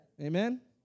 Amen